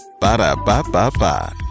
ba-da-ba-ba-ba